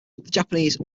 japanese